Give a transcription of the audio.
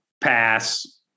Pass